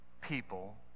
people